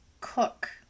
cook